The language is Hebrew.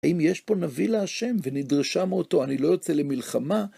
האם יש פה נביא להשם ונדרשם אותו, אני לא יוצא למלחמה?